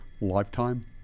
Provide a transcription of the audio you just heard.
lifetime